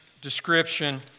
description